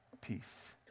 peace